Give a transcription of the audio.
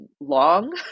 long